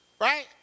right